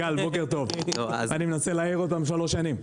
גל בוקר טוב, אני מנסה להעיר אותם שלוש שנים.